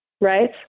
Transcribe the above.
right